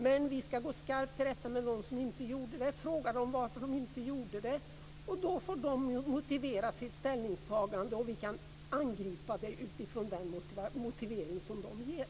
Men vi ska gå skarpt till rätta med dem som inte gjorde det och fråga dem varför de inte gjorde det. Då får de motivera sitt ställningstagande, och vi kan angripa det utifrån den motivering som de ger.